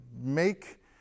make